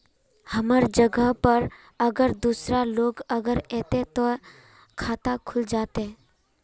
हमर जगह पर अगर दूसरा लोग अगर ऐते ते खाता खुल जते?